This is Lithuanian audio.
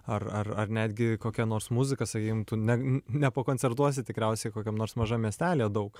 ar ar ar netgi kokia nors muzika sakykim tu ne nepakoncertuosi tikriausiai kokiam nors mažam miestelyje daug